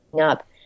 up